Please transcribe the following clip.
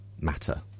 matter